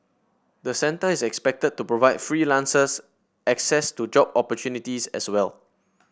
the centre is expected to provide freelancers access to job opportunities as well